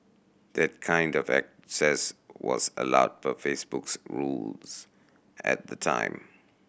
that kind of access was allowed per Facebook's rules at the time